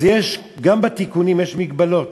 אז גם בתיקונים יש מגבלות.